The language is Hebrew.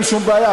אין שום בעיה,